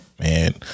man